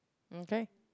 um K